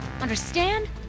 understand